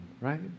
right